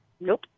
Nope